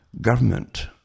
government